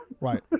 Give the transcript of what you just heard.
Right